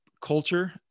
culture